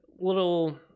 little